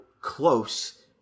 close